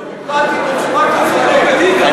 אנטי-דמוקרטית בצורה קיצונית.